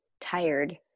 tired